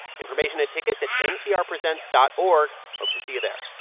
information and tickets at nprpresents dot org. hope to see you there